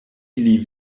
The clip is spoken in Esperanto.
ili